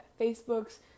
Facebook's